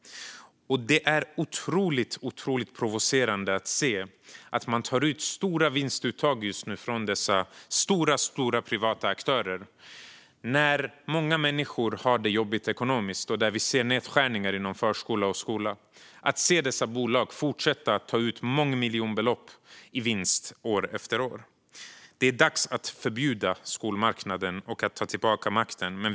Det är otroligt provocerande att se dessa stora privata aktörer göra stora vinstuttag nu när många människor har det jobbigt ekonomiskt och vi ser nedskärningar inom förskola och skola. Dessa bolag fortsätter att ta ut mångmiljonbelopp i vinst år efter år. Det är dags att förbjuda skolmarknaden och ta tillbaka makten.